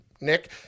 Nick